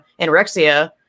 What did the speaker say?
anorexia